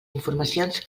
informacions